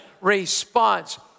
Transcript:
response